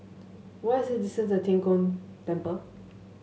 what is the distance to Tian Kong Temple